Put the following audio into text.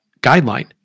guideline